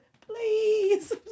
please